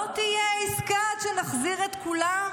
לא תהיה עסקה עד שנחזיר את כולם?